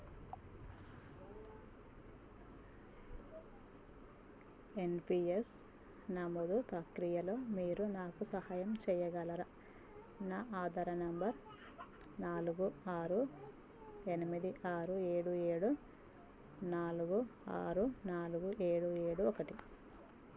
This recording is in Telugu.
ఎన్పీఎస్ నమోదు ప్రక్రియలో మీరు నాకు సహాయం చేయగలరా నా ఆధార నెంబర్ నాలుగు ఆరు ఎనిమిది ఆరు ఏడు ఏడు నాలుగు ఆరు నాలుగు ఏడు ఏడు ఒకటి